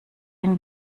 ihn